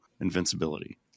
invincibility